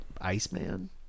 Iceman